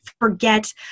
forget